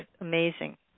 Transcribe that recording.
amazing